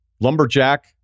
lumberjack